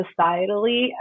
societally